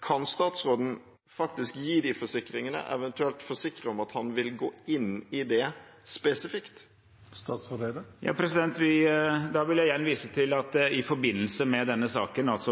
Kan statsråden faktisk gi de forsikringene, eventuelt forsikre om at han vil gå inn i det spesifikt? Da vil jeg igjen vise til at det i forbindelse med denne saken er